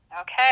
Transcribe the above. Okay